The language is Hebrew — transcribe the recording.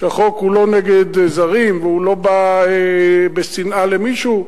שהחוק הוא לא נגד זרים והוא לא בא בשנאה למישהו.